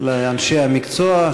לאנשי המקצוע,